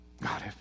God